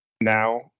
Now